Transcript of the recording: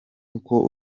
uko